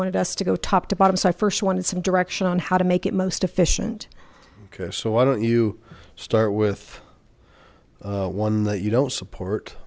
wanted us to go top to bottom so i first wanted some direction on how to make it most efficient so why don't you start with one that you don't support